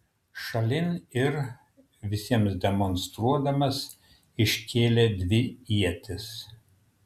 šalin ir visiems demonstruodamas iškėlė dvi ietis